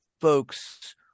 folks